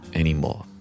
anymore